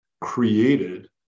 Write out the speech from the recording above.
created